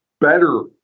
better